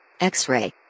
X-Ray